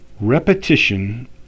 Repetition